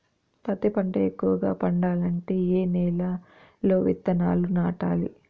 పత్తి పంట ఎక్కువగా పండాలంటే ఏ నెల లో విత్తనాలు నాటాలి?